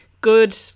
good